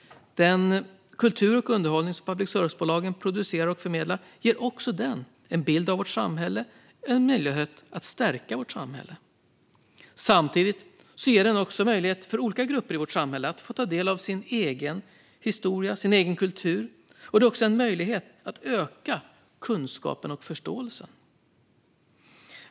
Den kultur och underhållning som public service-bolagen producerar och förmedlar ger också en bild av vårt samhälle och en möjlighet att stärka vårt samhälle. Samtidigt ger den möjlighet för olika grupper i vårt samhälle att ta del av sin egen historia och sin egen kultur. Det innebär också en möjlighet att öka kunskapen och förståelsen.